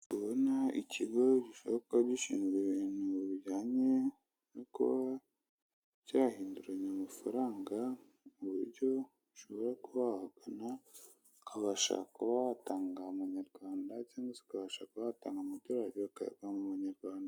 Ndi kubona ikigo gishobora kuba gishinzwe ibintu bijyanye no kuba cyahinduranya amafaranga, mu buryo ushobora kuba wahagana ukabasha kuba watanga amanyarwanda, cyangwa se ukabasha kuba watanga amadorari bakayaguha mu manyarwanda.